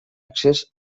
accés